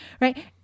right